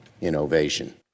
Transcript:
innovation